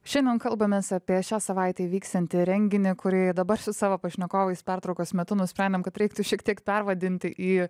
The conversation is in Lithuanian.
šiandien kalbamės apie šią savaitę įvyksiantį renginį kurį dabar su savo pašnekovais pertraukos metu nusprendėm kad reiktų šiek tiek pervadinti į